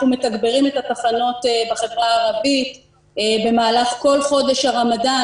מתגברים את התחנות בחברה הערבית במהלך כל חודש הרמדאן